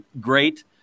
great